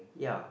ya